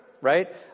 right